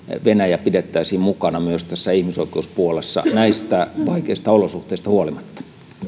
venäjä pidettäisiin mukana myös tässä ihmisoikeuspuolessa näistä vaikeista olosuhteista huolimatta